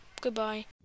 Goodbye